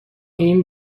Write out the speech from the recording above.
این